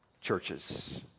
churches